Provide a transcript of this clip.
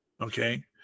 Okay